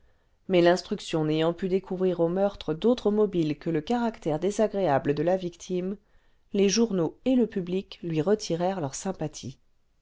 mais l'instruction n'ayant pu découvrir au meurtre d'autre mobile que le caractère désagréable de la victime les journaux et le public lui retirèrent leur sympathie